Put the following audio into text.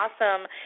awesome